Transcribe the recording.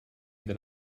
that